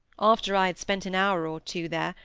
after i had spent an hour or two there,